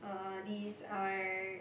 these are